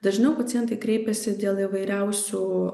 dažniau pacientai kreipiasi dėl įvairiausių